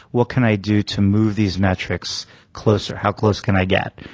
what can i do to move these metrics closer? how close can i get?